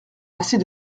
assez